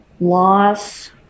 loss